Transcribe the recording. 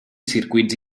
circuits